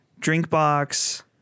Drinkbox